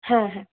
হ্যাঁ হ্যাঁ